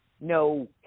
no